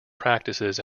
practices